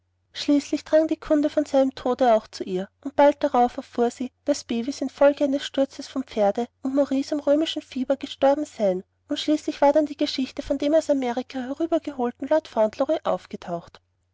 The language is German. schließlich drang die kunde von seinem tode auch zu ihr und bald darauf erfuhr sie daß bevis infolge eines sturzes vom pferde und maurice am römischen fieber gestorben seien und schließlich war dann die geschichte von dem aus amerika herübergeholten lord fauntleroy aufgetaucht